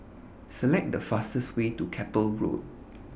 Select The fastest Way to Keppel Road